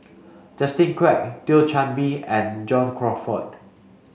Justin Quek Thio Chan Bee and John Crawfurd